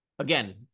Again